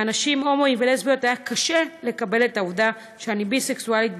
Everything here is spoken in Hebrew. לאנשים הומואים ולסביות היה קשה לקבל את העובדה שאני ביסקסואלית,